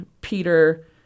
Peter